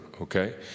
okay